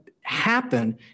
happen